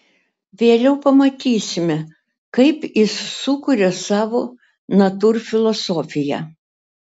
vėliau pamatysime kaip jis sukuria savo natūrfilosofiją